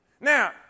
Now